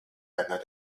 einer